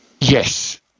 Yes